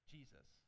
Jesus